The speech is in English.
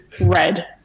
red